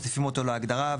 אנחנו מוסיפים אותו להגדרה,